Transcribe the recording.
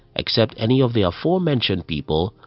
except any of the aforementioned people,